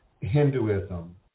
Hinduism